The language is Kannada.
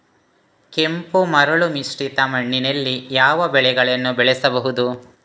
ಕೆಂಪು ಮರಳು ಮಿಶ್ರಿತ ಮಣ್ಣಿನಲ್ಲಿ ಯಾವ ಬೆಳೆಗಳನ್ನು ಬೆಳೆಸಬಹುದು?